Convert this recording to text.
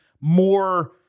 more